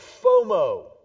FOMO